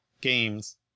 games